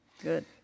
Good